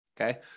Okay